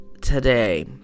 today